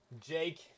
Jake